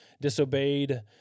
disobeyed